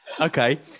Okay